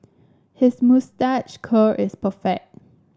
his moustache curl is perfect